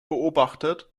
beobachtet